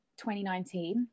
2019